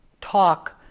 talk